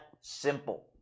simple